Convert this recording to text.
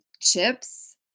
chips